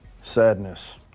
Sadness